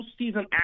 postseason